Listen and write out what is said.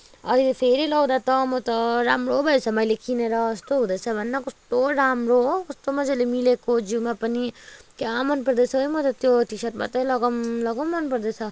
अहिले फेरि लाउँदा त मा त राम्रो भएछ मैले किनेर जस्तो हुँदैछ कस्तो राम्रो हो कस्तो मजाले मिलेको जिउमा पनि क्या मन पर्दैछ है म त त्यो टी सर्ट मात्रै लगाउँ लगाउँ मन पर्दैछ